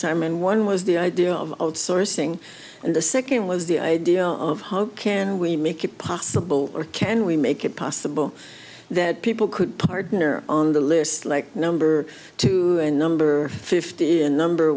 time and one was the idea of sourcing and the second was the idea of how can we make it possible or can we make it possible that people could partner on the list like number two and number fifty in number